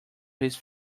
his